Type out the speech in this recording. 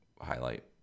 highlight